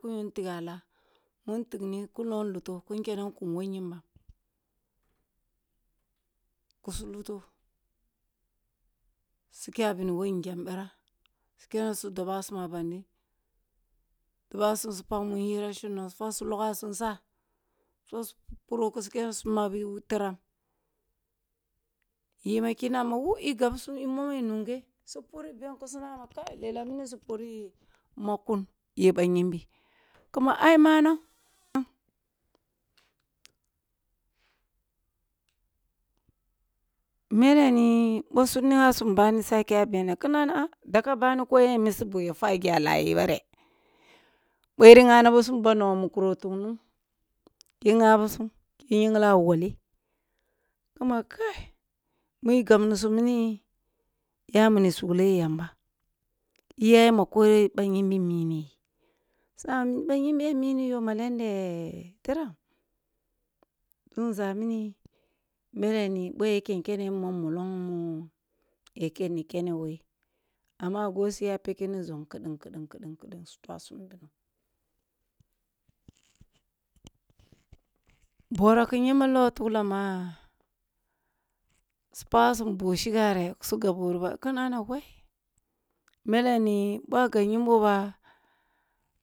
Boh nyam tighe a lah mun tigni kun logh luto kun kene kum tooh nyinbam, kusu luto su kya bini who ngyam birah, su kene su dobasum a ngyam birah su kene su dobasum a bandi dobasum sa su fwa kya paro magbi tiram, yima kina wu i gabsum i momeh nunghe su puri magh kun ye bah nyinbi, kuma ai manang meleni bah su nigha sum bana sa kya bene ki nan ah daga bana sa kya bene ki nana ah daga ban ko yen yi misi bughi ya fwa geh a layen bareh. Boh yiri ngabisum ba nongho mu kura tungnun yi nga bisum ki yigle a ba woleh, kuma kai mi yi gabnisum mini yawuni sugleh yamba, iyaye ma boh bah nyinbi mineyi sunabi ma bah nyinba ya miniyo maleng de tiram zumza mini meleni boh ya ken kene nuwa molong mu ya ken ni kene who yi, amna a gabo suya pyag ni zongho keden kaden suya ni zongho kaden kaden kaden kaden kaden su twasum bugu. Borah ki nyinbam logh hglam ma su pagasum bog shiga re kusi gabh wuru ba ki nana wai mele ni boh a gab nyinboh bah.